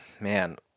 man